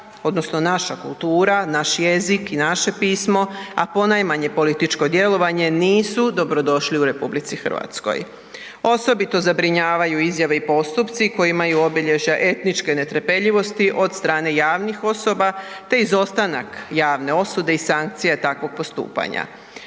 odnosno naša kultura, naš jezik i naše pismo a ponajmanje političko djelovanje, nisu dobrodošli u RH. Osobito zabrinjavaju izjave i postupci koji imaju obilježja etničke netrpeljivosti od strane javnih osoba te izostanak javne osude i sankcija takvog postupanja.